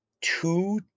two